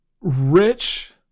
rich